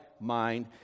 mind